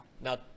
Now